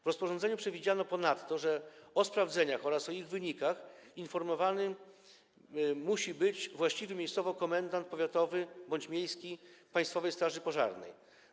W rozporządzeniu przewidziano ponadto, że o sprawdzeniach oraz o ich wynikach informowany musi być właściwy miejscowo komendant powiatowy bądź miejski Państwowej Straży Pożarnej.